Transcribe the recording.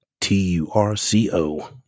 T-U-R-C-O